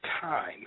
time